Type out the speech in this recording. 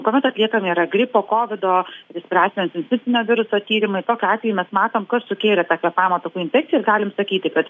kuomet atliekami yra gripo kovido respiracinio sincitinio viruso tyrimai tokiu atveju mes matom kas sukėlė tą kvėpavimo takų infekciją ir galim sakyti kad